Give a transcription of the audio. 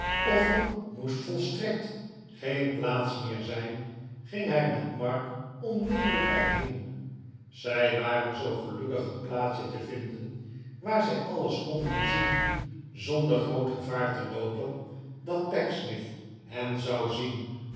of er moest volstrekt geen plaats meer zijn ging hij met mark onmiddellijk er heen zij waren zoo gelukkig een plaats je te vinden waar zij alles konden zien zonder groot gevaar te loopen dat pecksniff hen zou zien